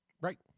right